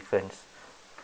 difference